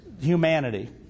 humanity